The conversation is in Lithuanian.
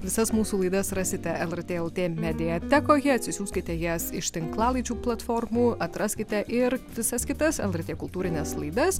visas mūsų laidas rasite lrt lt mediatekoje atsisiųskite jas iš tinklalaidžių platformų atraskite ir visas kitas lrt kultūrines laidas